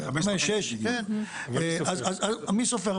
אז מי סופר?